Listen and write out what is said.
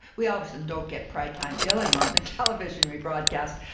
we obviously don't get prime time billing on the television we broadcast.